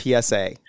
PSA